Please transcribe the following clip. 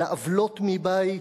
על העוולות מבית: